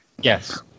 Yes